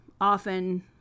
often